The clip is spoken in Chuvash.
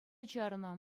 чарнӑ